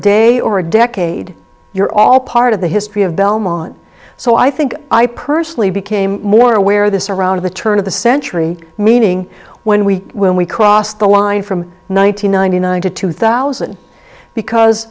day or a decade you're all part of the history of belmont so i think i personally became more aware of this around the turn of the century meaning when we when we crossed the line from one thousand nine hundred ninety nine to two thousand because